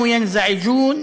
להלן תרגומם: